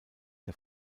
der